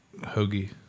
hoagie